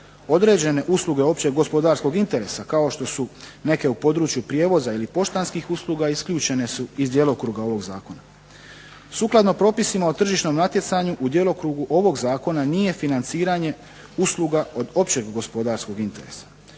Određene usluge općeg gospodarskog interesa kao što su neke u području prijevoza ili poštanskih usluga isključene su iz djelokruga ovog zakona. Sukladno propisima o tržišnom natjecanju u djelokrugu ovog Zakona nije financiranje usluga od općeg gospodarskog interesa.